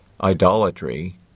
idolatry